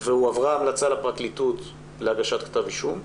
והועברה המלצה פרקליטות להגשת כתב אישום.